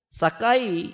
sakai